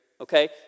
Okay